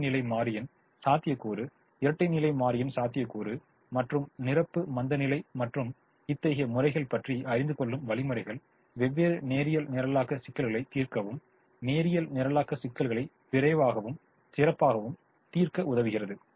முதன்மை நிலை மாறியின் சாத்தியக்கூறு இரட்டை நிலை மாறியின் சாத்தியக்கூறு மற்றும் நிரப்பு மந்தநிலை மற்றும் இத்தகைய முறைகள் பற்றி அறிந்துகொள்ளும் வழிமுறைகள் வெவ்வேறு நேரியல் நிரலாக்க சிக்கல்களை தீர்க்கவும் நேரியல் நிரலாக்க சிக்கல்களை விரைவாகவும் சிறப்பாகவும் தீர்க்க உதவுகிறது